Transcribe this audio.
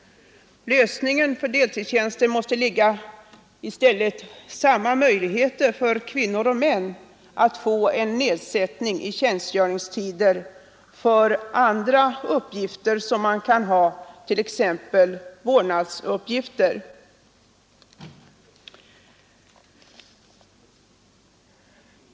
Den måste i stället ligga i att man ger kvinnor och män samma möjlighet att få en nedsättning i tjänstgöringstiden för utförande av andra uppgifter, t.ex. vårdnadsuppgifter.